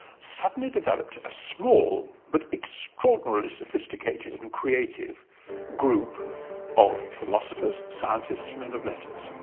suddenly developed a small but extraordinarily sophisticated and creative group of philosophers, scientists, men of letters.